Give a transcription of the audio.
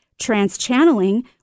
Trans-channeling